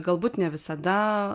galbūt ne visada